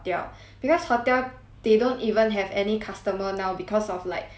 they don't even have any customer now because of like there's no tourism [what]